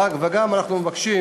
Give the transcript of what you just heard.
וגם אנחנו מבקשים,